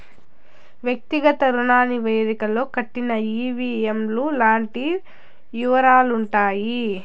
వ్యక్తిగత రుణ నివేదికలో కట్టిన ఈ.వీ.ఎం లు లాంటి యివరాలుంటాయి